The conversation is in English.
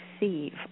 receive